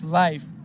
life